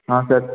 हाँ सर